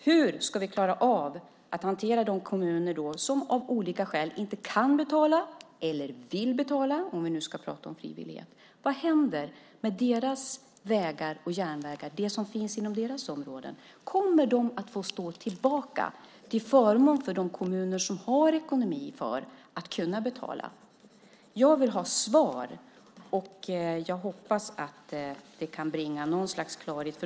Hur ska vi klara av att hantera de kommuner som av olika skäl inte kan betala eller vill betala, om vi nu ska prata om frivillighet? Vad händer med de vägar och järnvägar som finns inom deras områden? Kommer de att få stå tillbaka till förmån för vägar i de kommuner som har ekonomi för att betala? Jag vill ha ett svar, och jag hoppas att det kan bringa något slags klarhet.